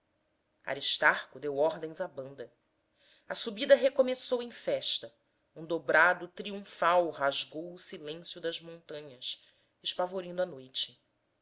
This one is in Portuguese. aristarco deu ordens à banda a subida recomeçou em festa um dobrado triunfal rasgou o silêncio das montanhas espavorindo a noite